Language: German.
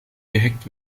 gehackt